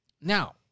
Now